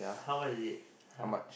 how much is it !huh!